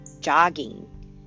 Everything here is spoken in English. jogging